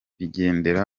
bigera